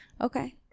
Okay